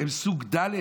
הם סוג ד'?